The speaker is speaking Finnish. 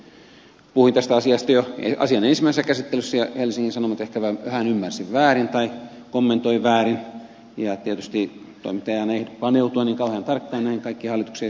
puhuin tästä asiasta jo asian ensimmäisessä käsittelyssä ja helsingin sanomat ehkä vähän ymmärsi väärin tai kommentoi väärin tietysti toimittaja ei aina ehdi paneutua niin kauhean tarkkaan näihin kaikkiin hallituksen esityksiin